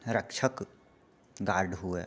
रक्षक गार्ड हुए